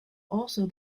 also